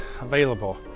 available